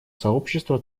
сообщества